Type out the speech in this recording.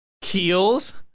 Heels